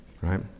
right